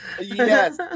Yes